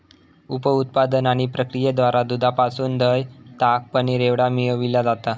उप उत्पादन आणि प्रक्रियेद्वारा दुधापासून दह्य, ताक, पनीर एवढा मिळविला जाता